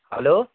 hello